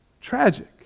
Tragic